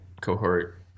cohort